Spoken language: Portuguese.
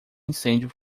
incêndio